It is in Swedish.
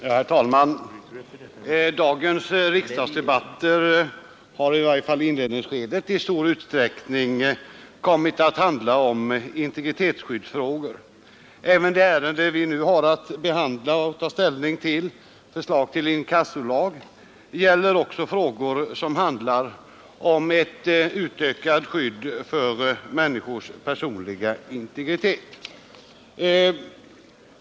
Herr talman! Dagens riksdagsdebatter har i varje fall i inledningsskedet i stor utsträckning kommit att handla om integritetsfrågor. Även det ärende vi nu har att ta ställning till, förslaget till inkassolag, handlar om ett utökat skydd för människors personliga integritet.